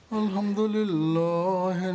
alhamdulillah